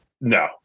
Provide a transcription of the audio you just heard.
No